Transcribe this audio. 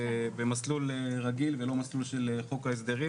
במסלול רגיל ולא מסלול של חוק ההסדרים,